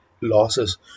losses